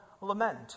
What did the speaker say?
lament